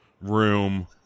room